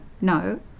no